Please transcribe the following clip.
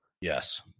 yes